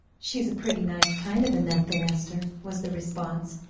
she's a pretty nice kind of a nut, then, esther, was the response.